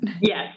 Yes